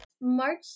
March